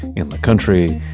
in the country,